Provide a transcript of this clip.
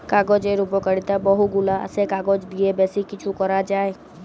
কাগজের উপকারিতা বহু গুলা আসে, কাগজ দিয়ে বেশি কিছু করা যায়